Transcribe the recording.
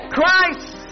Christ